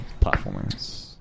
platformers